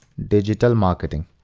digital marketing.